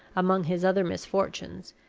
among his other misfortunes,